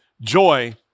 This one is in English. joy